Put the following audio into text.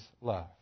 love